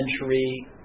century